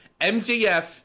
MJF